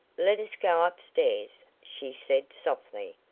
let us go up-stairs, she said softly.